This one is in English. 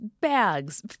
bags